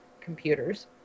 computers